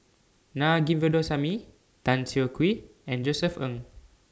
Naa Govindasamy Tan Siah Kwee and Josef Ng